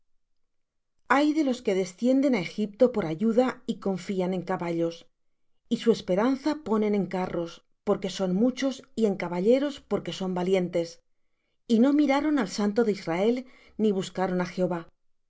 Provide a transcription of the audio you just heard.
ay de los que descienden á egipto por ayuda y confían en caballos y su esperanza ponen en carros porque son muchos y en caballeros porque son valientes y no miraron al santo de israel ni buscaron á jehová